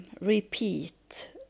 repeat